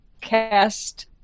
cast